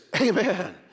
Amen